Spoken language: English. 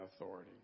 authority